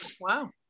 Wow